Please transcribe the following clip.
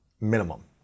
Minimum